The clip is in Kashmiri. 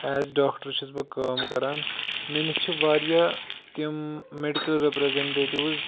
ایز ڈاکٹر چھُس بہٕ کٲم کَران مےٚ نِش چھِ واریاہ تِم میڈِکل رِپرٛیٚزنٹیٹِوٕز